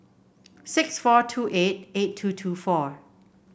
six four two eight eight two two four